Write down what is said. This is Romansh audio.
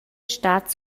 stat